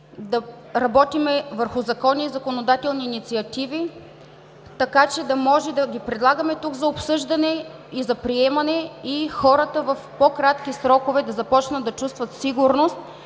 да работим върху закони и законодателни инициативи, така че да може да ги предлагаме тук за обсъждане и за приемане, и хората в по-кратки срокове да започнат да чувстват сигурност,